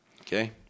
Okay